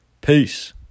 Peace